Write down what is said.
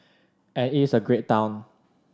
and it's a great town